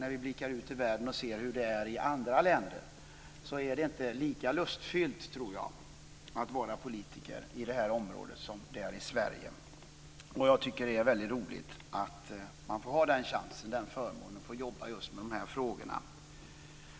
När vi blickar ut i världen och ser hur det är i andra länder tror jag inte att det är lika lustfyllt att vara politiker på det här området som det är i Sverige. Jag tycker att det är väldigt roligt att man har förmånen att få jobba med just de här frågorna.